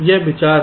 यह विचार है